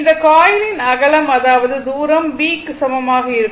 இந்த காயிலின் அகலம் அதாவது தூரம் B க்கு சமமாக இருக்கும்